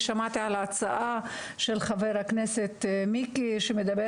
ושמעתי על ההצעה של חבר הכנסת מיקי שמדבר